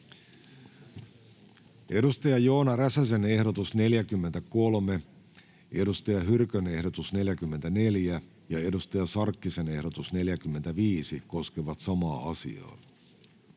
Content: Joona Räsäsen ehdotus 43, Saara Hyrkön ehdotus 44 ja Hanna Sarkkisen ehdotus 45 koskevat samaa asiaa,